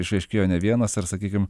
išaiškėjo ne vienas ir sakykim